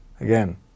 again